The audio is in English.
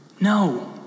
No